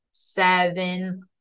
seven